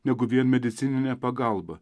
negu vien medicininė pagalba